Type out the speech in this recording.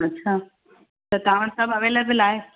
अच्छा त तव्हां वटि सभु अवेलेबल आहे